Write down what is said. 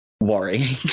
worrying